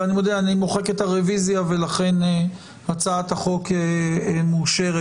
אני מוחק את הרוויזיה ולכן הצעת החוק מאושרת